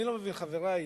אני לא מבין, חברי.